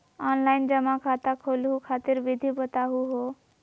Online जमा खाता खोलहु खातिर विधि बताहु हो?